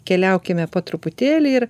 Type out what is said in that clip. keliaukime po truputėlį ir